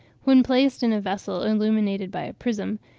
when placed in a vessel illuminated by a prism,